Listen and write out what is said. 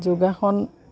যোগাসন